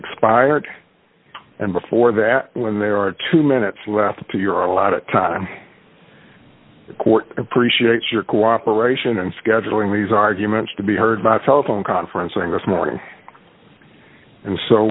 expired and before that when there are two minutes left to your allotted time the court appreciates your cooperation and scheduling these arguments to be heard by telephone conferencing this morning and so